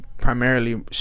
Primarily